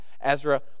Ezra